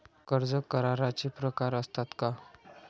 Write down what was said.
कर्ज कराराचे प्रकार असतात का?